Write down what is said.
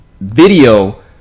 video